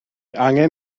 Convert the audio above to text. angen